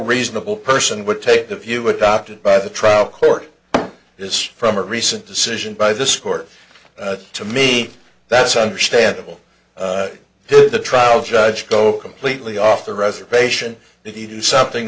reasonable person would take the view adopted by the trial court is from a recent decision by this court to me that's understandable the trial judge go completely off the reservation if he did something